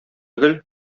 гөл